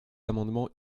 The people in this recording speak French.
amendements